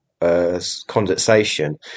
condensation